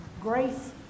Grace